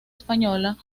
española